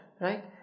right